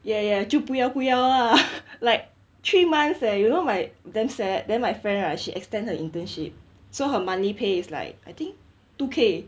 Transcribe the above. ya ya 就不要不要 lah like three months eh you know my damn sad then my friend right she extends her internship so her monthly pay is like I think two K